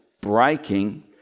breaking